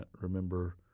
remember